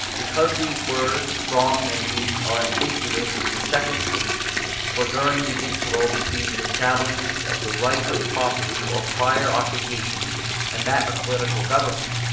because these words strong and weak, are ambiguous in the second case for during the interval between the establishment of the right of property or prior occupation and that of political government,